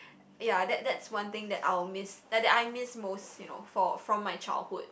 ya that that's one thing that I'll miss that that I miss most you know for from my childhood